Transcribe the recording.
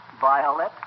Violet